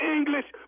English